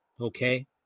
Okay